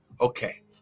Okay